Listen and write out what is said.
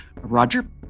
Roger